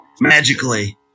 Magically